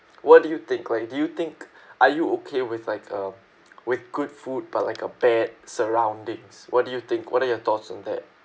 what do you think like do you think are you okay with like a with good food but like a bad surroundings what do you think what are your thoughts on that